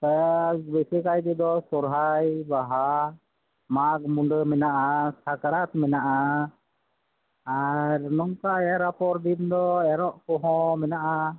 ᱵᱤᱥᱤ ᱠᱟᱭ ᱛᱮᱫᱚ ᱥᱚᱦᱚᱨᱟᱭ ᱵᱟᱦᱟ ᱢᱟᱜᱽ ᱢᱩᱱᱰᱟᱹ ᱢᱮᱱᱟᱜᱼᱟ ᱥᱟᱠᱨᱟᱛ ᱢᱮᱱᱟᱜᱼᱟ ᱟᱨ ᱱᱚᱝᱠᱟ ᱮᱨ ᱟᱯᱷᱚᱨ ᱫᱤᱱ ᱫᱚ ᱮᱨᱚᱜ ᱠᱚᱦᱚᱸ ᱢᱮᱱᱟᱜᱼᱟ